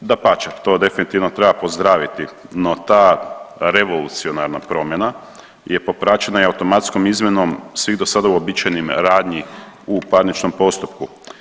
Dapače, to definitivno treba pozdraviti, no ta revolucionarna promjena je popračena i automatskom izmjenom svih dosada uobičajenih radnji u parničnom postupku.